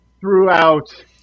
throughout